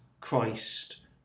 christ